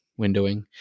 windowing